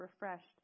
refreshed